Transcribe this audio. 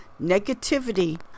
negativity